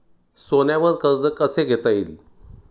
सोन्यावर कर्ज कसे घेता येईल?